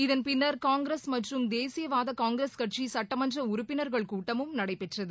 இதன் பின்னர் காங்கிரஸ் மற்றும் தேசியவாத காங்கிரஸ் கட்சி சுட்டமன்ற உறுப்பினர்கள் கூட்டமும் நடைபெற்றது